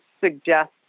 suggest